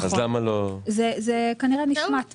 כנראה זה נשמט מהנוסח.